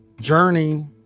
journey